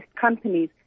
companies